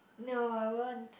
no I won't